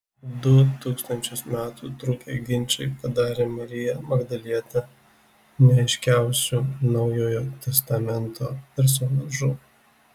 du tūkstančius metų trukę ginčai padarė mariją magdalietę neaiškiausiu naujojo testamento personažu